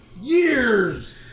years